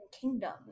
kingdoms